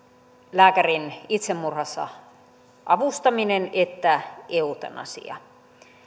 lääkärin avustaa itsemurhassa että eutanasia